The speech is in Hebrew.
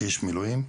כאיש מילואים.